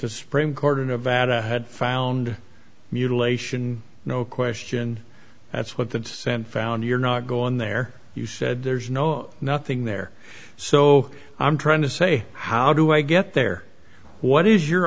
the supreme court in nevada had found mutilation no question that's what that's found you're not going there you said there's no nothing there so i'm trying to say how do i get there what is your